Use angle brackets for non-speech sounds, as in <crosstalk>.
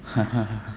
<laughs>